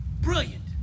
Brilliant